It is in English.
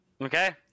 Okay